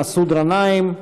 מסעוד גנאים,